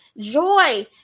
Joy